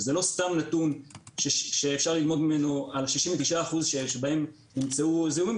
וזה לא סתם נתון שאפשר ללמוד ממנו על ה-69% שבהם נמצאו זיהומים.